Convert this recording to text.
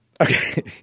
Okay